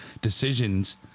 decisions